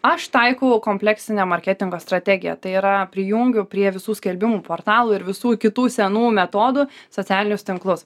aš taikau kompleksinę marketingo strategiją tai yra prijungiu prie visų skelbimų portalų ir visų kitų senų metodų socialinius tinklus